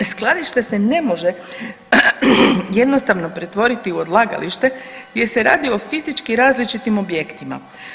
Skladište se ne može jednostavno pretvoriti u odlagalište jer se radi o fizički različitim objektima.